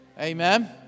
Amen